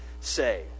say